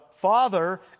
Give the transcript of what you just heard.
Father